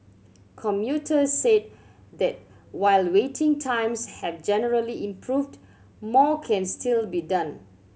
commuters said that while waiting times have generally improved more can still be done